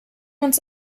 uns